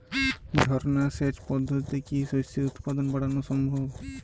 ঝর্না সেচ পদ্ধতিতে কি শস্যের উৎপাদন বাড়ানো সম্ভব?